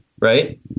Right